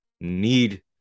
need